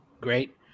great